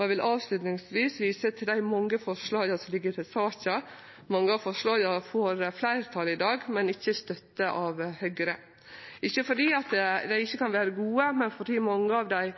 Eg vil avslutningsvis vise til dei mange forslaga som ligg føre til saka. Mange av forslaga får fleirtal i dag, men ikkje støtte av Høgre – ikkje fordi dei ikkje kan vere gode, men fordi mange av dei